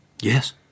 Yes